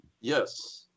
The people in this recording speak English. Yes